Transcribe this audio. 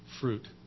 fruit